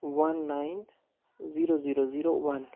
one nine zero zero zero one